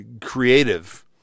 creative